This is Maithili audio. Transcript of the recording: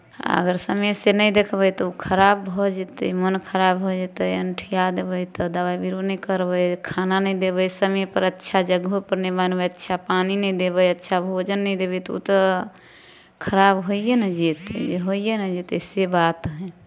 अगर समयसँ नहि देखबै तऽ ओ खराब भऽ जेतै मन खराब भऽ जेतै अण्ठिया देबै तऽ दबाइ बीरो नहि करबै खाना नहि देबै समयपर अच्छा जगहोपर नहि बान्हबै अच्छा पानि नहि देबै अच्छा भोजन नहि देबै तऽ ओ तऽ खराब होइए ने जेतै होइए ने जेतै से बात हइ